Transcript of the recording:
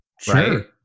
Sure